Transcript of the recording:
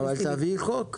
אבל תביאי חוק.